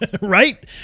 Right